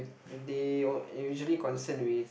they usually concern with